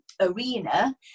arena